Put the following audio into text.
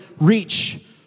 reach